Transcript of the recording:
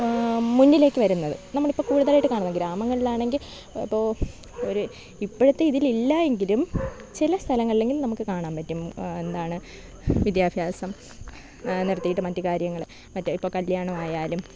മുന്നിലേക്ക് വരുന്നത് നമ്മൾ ഇപ്പം കൂടുതലായിട്ട് കാണുന്ന ഗ്രാമങ്ങളിൽ ആണെങ്കിൽ ഇപ്പോൾ ഒരു ഇപ്പഴത്തെ ഇതിൽ ഇല്ല എങ്കിലും ചില സ്ഥലങ്ങളിൽ എങ്കിലും നമുക്ക് കാണാൻ പറ്റും എന്താണ് വിദ്യാഭ്യാസം നിർത്തിയിട്ട് മറ്റു കാര്യങ്ങൾ മറ്റ് ഇപ്പോൾ കല്യാണമായാലും